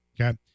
Okay